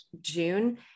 June